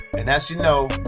and as you know,